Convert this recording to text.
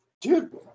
dude